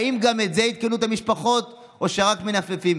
האם גם בזה עדכנו את המשפחות או שרק מנפנפים?